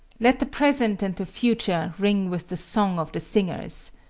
let the present and the future ring with the song of the singers.